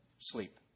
sleep